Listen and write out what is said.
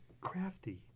crafty